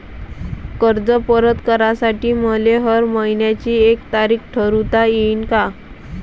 कर्ज परत करासाठी मले हर मइन्याची एक तारीख ठरुता येईन का?